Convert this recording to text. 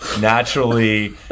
naturally